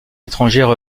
étrangères